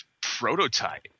prototype